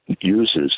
uses